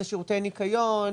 זה שירותי ניקיון,